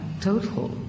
total